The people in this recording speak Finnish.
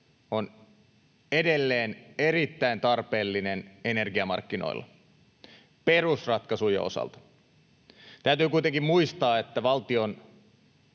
on edelleen erittäin tarpeellinen energiamarkkinoilla perusratkaisujen osalta. Täytyy kuitenkin muistaa, että valtion